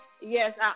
Yes